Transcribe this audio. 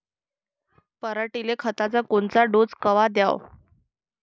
पऱ्हाटीले खताचा कोनचा डोस कवा द्याव?